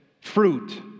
fruit